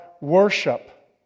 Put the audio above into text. worship